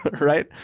Right